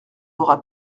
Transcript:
aura